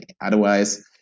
Otherwise